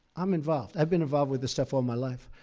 i'm involved. i've been involved with this stuff all my life.